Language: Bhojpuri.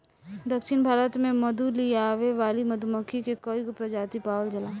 दक्षिण भारत में मधु लियावे वाली मधुमक्खी के कईगो प्रजाति पावल जाला